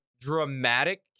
dramatic